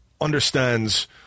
understands